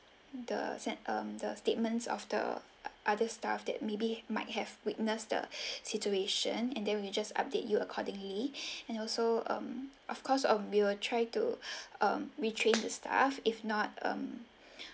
the um the statements of the other staff that maybe might have witnessed the situation and then we'll just update you accordingly and also um of course of we will try to retrain the staff if not um